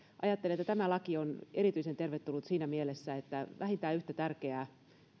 ajattelen että tämä laki on erityisen tervetullut siinä mielessä että vähintään yhtä tärkeää